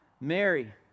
Mary